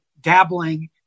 dabbling